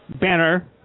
banner